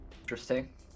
Interesting